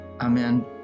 amen